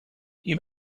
you